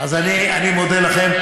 אז אני מודה לכם.